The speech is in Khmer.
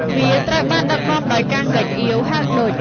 វាត្រូវបានដឹកនាំដោយ កាំង ហ្គេកអៀវ ហៅ ឌុច។